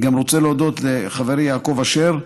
אני רוצה להודות לחברי יעקב אשר,